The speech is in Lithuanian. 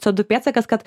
co du pėdsakas kad